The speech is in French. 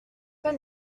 pas